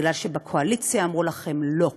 כי בקואליציה אמרו לכם: לא.